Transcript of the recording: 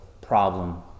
problem